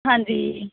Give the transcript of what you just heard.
ਹਾਂਜੀ